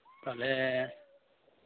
ᱛᱟᱦᱚᱞᱮ